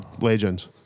legends